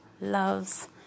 loves